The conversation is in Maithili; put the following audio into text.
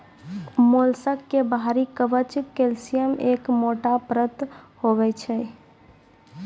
मोलस्क के बाहरी कवच कैल्सियम के एक मोटो परत होय छै